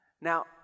Now